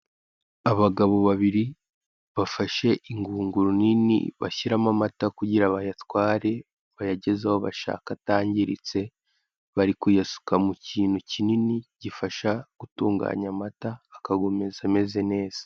Abagabo babiri bafashe ingunguru nini bashyiramo amata kugira bayatware, bayageze aho bashaka atangiritse, bari kuyasuka mu kintu kinini gifasha gutunganya amata akagumiza ameze neza.